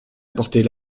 apportez